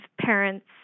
parents